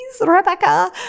Rebecca